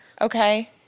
Okay